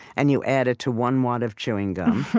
and you add it to one wad of chewing gum,